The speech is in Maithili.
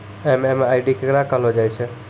एम.एम.आई.डी केकरा कहलो जाय छै